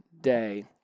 day